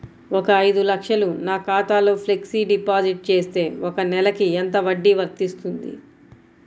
ఒక ఐదు లక్షలు నా ఖాతాలో ఫ్లెక్సీ డిపాజిట్ చేస్తే ఒక నెలకి ఎంత వడ్డీ వర్తిస్తుంది?